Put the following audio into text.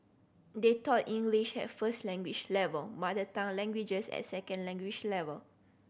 they taught English at first language level mother tongue languages at second language level